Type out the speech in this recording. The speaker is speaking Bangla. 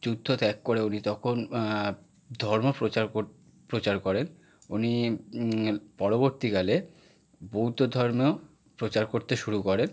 যুদ্ধ ত্যাগ করে উনি তখন ধর্ম প্রচার কর প্রচার করেন উনি পরবর্তীকালে বৌদ্ধ ধর্ম প্রচার করতে শুরু করেন